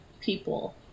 people